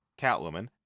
Catwoman